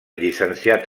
llicenciat